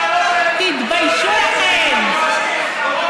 תתביישו לכם.